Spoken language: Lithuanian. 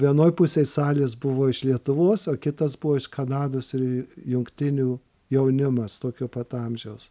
vienoj pusėj salės buvo iš lietuvos o kitas buvo iš kanados ir jungtinių jaunimas tokio pat amžiaus